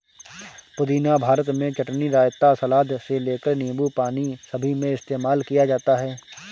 पुदीना भारत में चटनी, रायता, सलाद से लेकर नींबू पानी सभी में इस्तेमाल किया जाता है